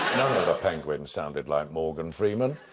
of the penguins sounded like morgan freeman.